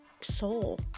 soul